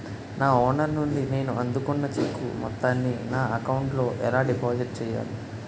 నా ఓనర్ నుండి నేను అందుకున్న చెక్కు మొత్తాన్ని నా అకౌంట్ లోఎలా డిపాజిట్ చేయాలి?